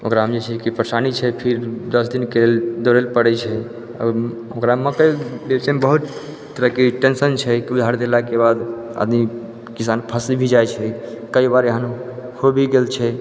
ओकरामे जे छै कि परेशानी छै फिर दस दिनके लेल दौड़ैके पड़ै छै ओकरामे मकइ बेचैमे बहुत तरहके टेन्शन छै की उधार देलाके बाद आदमी किसान फँसि भी जाइ छै कइ बार एहन होइ भी गेल छै